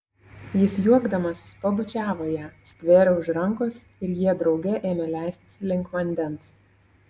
jis juokdamasis pabučiavo ją stvėrė už rankos ir jie drauge ėmė leistis link vandens